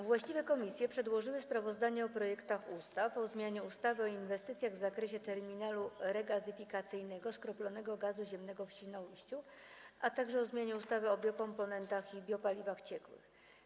Właściwe komisje przedłożyły sprawozdania o projektach ustaw: - o zmianie ustawy o inwestycjach w zakresie terminalu regazyfikacyjnego skroplonego gazu ziemnego w Świnoujściu, - o zmianie ustawy o biokomponentach i biopaliwach ciekłych.